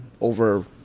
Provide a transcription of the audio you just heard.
over